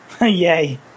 Yay